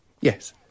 Yes